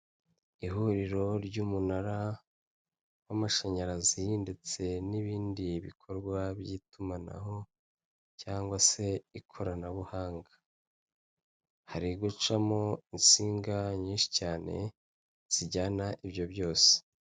Ihuriro ry'umunara w'amashanyarazi, ndetse n'ibindi bikorwa by'itumanaho cyangwa se ikoranabuhanga. Hari gucamo insinga nyinshi cyane zijyana ibyo byose.